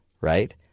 right